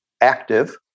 active